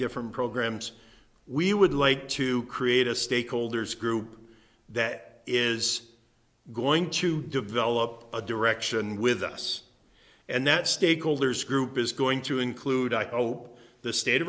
different programs we would like to create a stakeholders group that is going to develop a direction with us and that stakeholders group is going to include i hope the state of